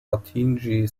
atingi